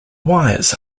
wires